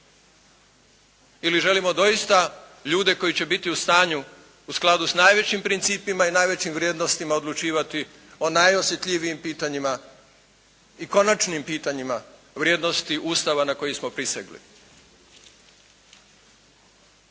Ili želimo doista ljude koji će biti u stanju u skladu s najvećim principima i najvećim vrijednostima odlučivati o najosjetljivijim pitanjima i konačnim pitanjima vrijednosti Ustava na koji smo prisegli.